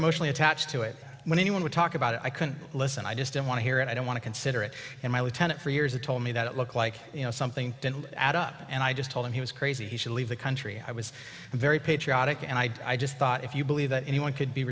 emotionally attached to it when anyone would talk about it i couldn't listen i just didn't want to hear it i don't want to consider it in my lieutenant for years it told me that it looked like you know something and i just told him he was crazy he should leave the country i was very patriotic and i just thought if you believe that anyone could be